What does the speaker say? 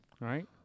right